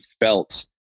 felt